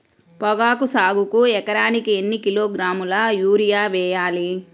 పొగాకు సాగుకు ఎకరానికి ఎన్ని కిలోగ్రాముల యూరియా వేయాలి?